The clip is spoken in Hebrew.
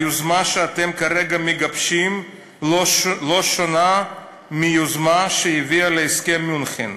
היוזמה שאתם כרגע מגבשים לא שונה מהיוזמה שהביאה להסכם מינכן.